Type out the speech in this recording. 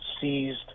seized